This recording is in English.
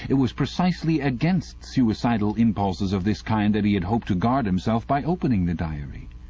it was precisely against suicidal impulses of this kind that he had hoped to guard himself by opening the diary.